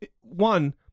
one